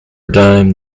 dime